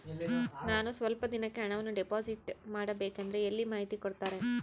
ನಾನು ಸ್ವಲ್ಪ ದಿನಕ್ಕೆ ಹಣವನ್ನು ಡಿಪಾಸಿಟ್ ಮಾಡಬೇಕಂದ್ರೆ ಎಲ್ಲಿ ಮಾಹಿತಿ ಕೊಡ್ತಾರೆ?